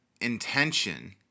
intention